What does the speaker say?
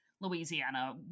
Louisiana